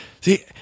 see